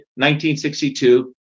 1962